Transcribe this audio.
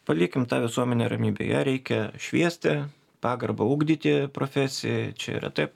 palikim tą visuomenę ramybėj ją reikia šviesti pagarbą ugdyti profesijai čia yra taip